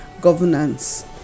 governance